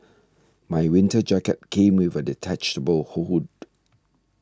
my winter jacket came with a detachable hood